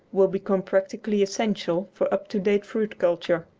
will become practically essential for up-to-date fruit-culture.